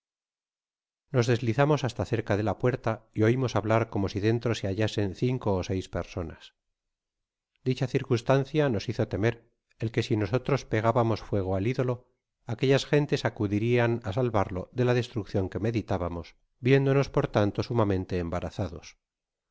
nos deslizamos hasta cerca dela puerta y oimos hablar como si dentro se hallasen cinco é seis personas dicha circunstancia nos hizo temer el que si nosotros pegábamos fuego al idolo aquellas gentes acudirian á salvarlo de la destruccion que meditábamos viéndonos por tanto sumamente embarazados